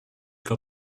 got